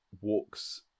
walks